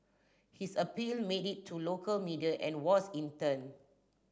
his appeal made it to local media and was in turn